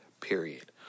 Period